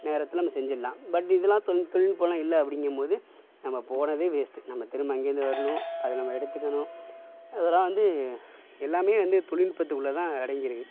நேரத்தில் நம்ம செஞ்சீடலாம் பட் இதெல்லாம் தொழில்நுட்பம்லாம் இல்லை அப்படிங்குபோது நம்ம போனதே வேஸ்ட் நம்ம திரும்ப அங்கே இருந்து வரணும் அது நம்ம எடுத்துக்கணும் அதெலாம் வந்து எல்லாமே வந்து தொழில்நுட்பத்துக்குள்ளதான் அடங்கி இருக்குது